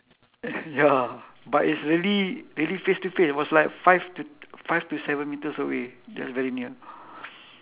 ya but it's really really face to face it was like five t~ five to seven metres away that's very near